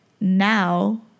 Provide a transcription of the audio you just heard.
now